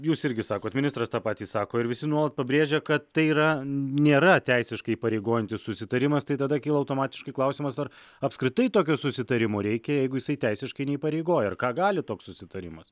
jūs irgi sakot ministras tą patį sako ir visi nuolat pabrėžia kad tai yra nėra teisiškai įpareigojantis susitarimas tai tada kyla automatiškai klausimas ar apskritai tokio susitarimo reikia jeigu jisai teisiškai neįpareigoja ir ką gali toks susitarimas